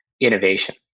innovation